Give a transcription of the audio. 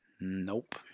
nope